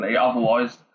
Otherwise